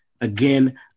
Again